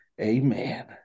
Amen